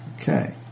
Okay